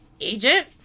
Agent